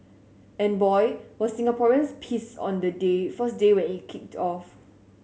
and boy were Singaporeans pissed on the day first day when it kicked off